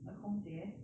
a 空姐